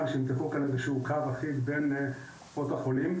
שימתחו כאן איזשהו קו אחיד בין קופות החולים,